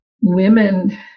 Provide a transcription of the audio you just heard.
women